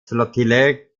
flottille